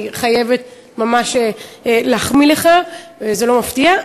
אני חייבת ממש להחמיא לך, וזה לא מפתיע.